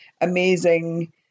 amazing